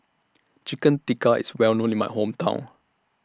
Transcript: Chicken Tikka IS Well known in My Hometown